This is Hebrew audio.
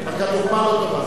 רק הדוגמה לא טובה.